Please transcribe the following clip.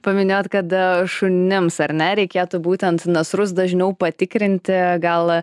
paminėjot kad šunims ar ne reikėtų būtent nasrus dažniau patikrinti gal